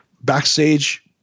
backstage